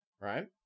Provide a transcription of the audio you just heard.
right